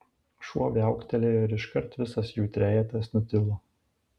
šuo viauktelėjo ir iškart visas jų trejetas nutilo